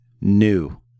new